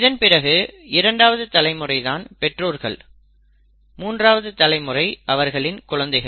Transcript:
இதன் பிறகு இரண்டாவது தலைமுறை தான் பெற்றோர்கள் மூன்றாவது தலைமுறை அவர்கள் குழந்தைகள்